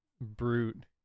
Brute